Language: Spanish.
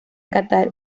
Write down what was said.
qatar